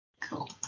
Cool